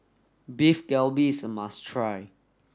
Beef Galbi is a must try